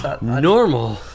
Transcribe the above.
normal